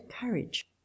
courage